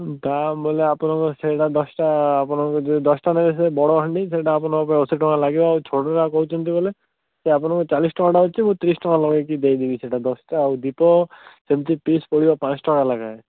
ଦାମ୍ ବେଲେ ଆପଣଙ୍କର ସେଇଟା ଦଶଟା ଆପଣଙ୍କୁ ଯୋଉ ଦଶଟା ଲେଖାଁ ସେ ବଡ଼ ହାଣ୍ଡି ସେଇଟା ଆପଣଙ୍କ ପାଇଁ ଅସି ଟଙ୍କା ଲାଗିବ ଆଉ ଛୋଟ ଟା କହୁଛନ୍ତି ବେଲେ ସେ ଆପଣଙ୍କୁ ଚାଳିଶ ଟଙ୍କା ଟା ଅଛି ମୁଁ ତିରିଶ ଲଗେଇକି ଦେଇଦେବି ସେଟା ଦଶଟା ଆଉ ଦୀପ ସେମିତି ପିସ୍ ପଡ଼ିବ ପାଞ୍ଚ ଟଙ୍କା ଲେଖାଁ